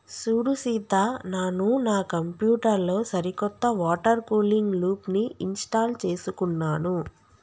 సూడు సీత నాను నా కంప్యూటర్ లో సరికొత్త వాటర్ కూలింగ్ లూప్ని ఇంస్టాల్ చేసుకున్నాను